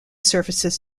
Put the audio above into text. surfaces